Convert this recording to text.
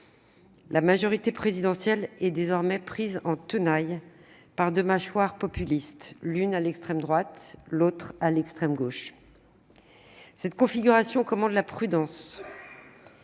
La majorité présidentielle est désormais prise en tenaille entre deux mâchoires populistes, l'une à l'extrême droite, l'autre à l'extrême gauche. Cette configuration commande la prudence.